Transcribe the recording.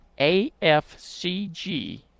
AFCG